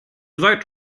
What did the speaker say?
seid